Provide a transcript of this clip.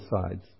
sides